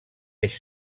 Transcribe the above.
eix